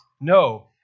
No